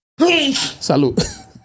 Salud